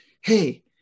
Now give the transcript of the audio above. hey